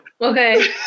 Okay